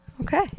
Okay